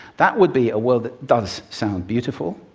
that would be a world that does sound beautiful,